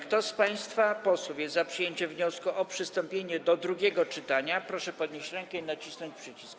Kto z państwa posłów jest za przyjęciem wniosku o przystąpienie do drugiego czytania, proszę podnieść rękę i nacisnąć przycisk.